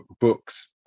books